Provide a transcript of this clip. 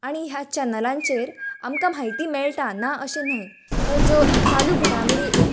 आनी ह्या चॅनलांचेर आमकां म्हायती मेळटा ना अशें न्हय तर ज्यो चालू घडामोडी एक